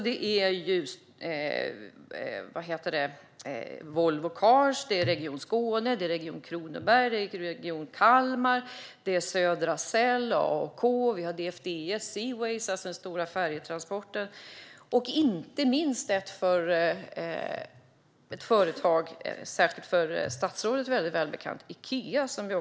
Det handlar om Volvo Cars, Region Skåne, Region Kronoberg, Region Kalmar, Södra Cell, AAK och det stora färjetransportföretaget DFDS Seaways. Inte minst handlar det om Ikea, ett företag som är välbekant för statsrådet.